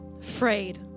frayed